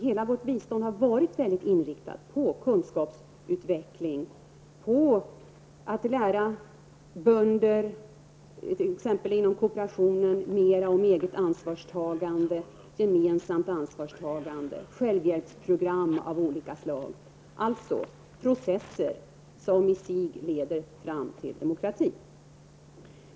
Hela vårt bistånd har varit starkt inriktat på kunskapsutveckling: t.ex. på att lära bönder inom kooperationen mer om eget ansvarstagande och självhjälpsprogram av olika slag -- processer som i sig leder fram till demokrati.